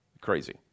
Crazy